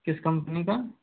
किस कंपनी का